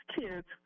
kids